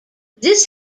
this